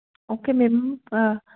okay నేను